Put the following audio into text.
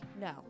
no